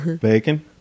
Bacon